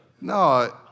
No